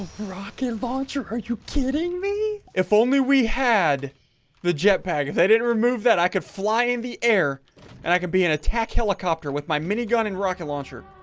rocket launcher, are you kidding me? if only we had the jetpack if they didn't remove that i could fly in the air and i could be an attack helicopter with my mini gun and rocket launcher.